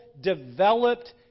developed